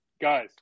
guys